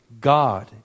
God